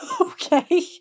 Okay